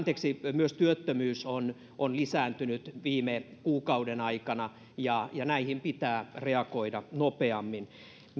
myös työttömyys on on lisääntynyt viime kuukauden aikana ja ja näihin pitää reagoida nopeammin